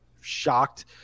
shocked